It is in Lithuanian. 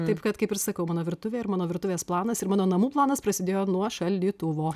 taip kad kaip ir sakau mano virtuvė ir mano virtuvės planas ir mano namų planas prasidėjo nuo šaldytuvo